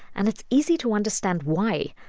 and it's easy to understand why.